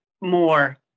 more